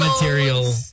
material